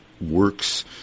works